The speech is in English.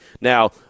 Now